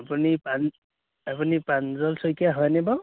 আপুনি পাণ আপুনি প্ৰাঞ্জল শইকীয়া হয়নে বাৰু